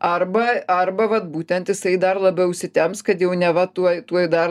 arba arba vat būtent jisai dar labiau užsitemps kad jau neva tuoj tuoj dar